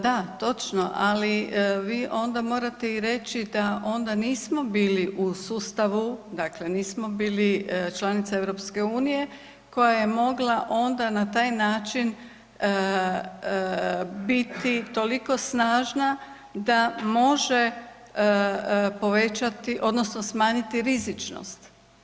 Da, točno, ali vi onda morate i reći da onda nismo bili u sustavu, dakle nismo bili članica EU koja je mogla onda na taj način biti toliko snažna da može povećati, odnosno smanjiti rizičnost.